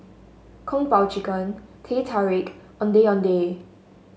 Kung Po Chicken Teh Tarik Ondeh Ondeh